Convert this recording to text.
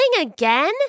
again